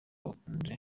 bakunze